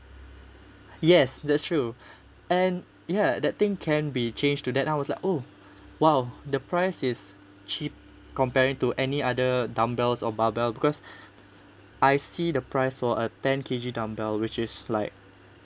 yes that's true and ya that thing can be changed to that I was like oh !wow! the price is cheap comparing to any other dumbbells or barbell because I see the price for a ten K_G dumbbell which is like